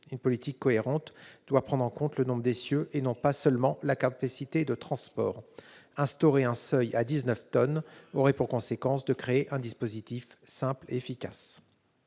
Une politique cohérente doit prendre en compte le nombre d'essieux, et pas seulement la capacité de transport. Instaurer un seuil à 19 tonnes aurait pour conséquence de créer un dispositif à la fois simple et efficace.